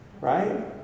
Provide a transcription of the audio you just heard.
Right